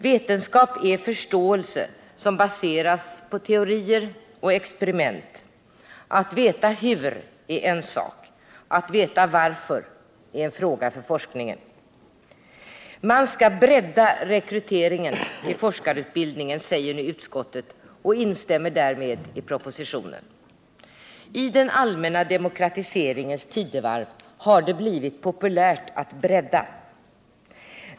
Vetenskap är förståelser som baseras på teorier och experiment. Att veta hur är en sak — att veta varför är en fråga för forskningen. Man skall bredda rekryteringen till forskarutbildningen, säger nu utskottet och instämmer därmed i propositionen. I den allmänna demokratiseringens tidevarv har det blivit populärt att bredda.